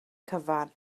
cyfan